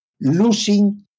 losing